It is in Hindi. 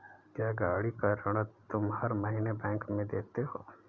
क्या, गाड़ी का ऋण तुम हर महीने बैंक में देते हो?